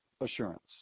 assurance